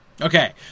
Okay